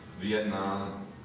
Vietnam